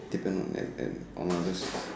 depends on like others